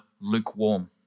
lukewarm